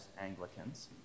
Anglicans